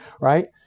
right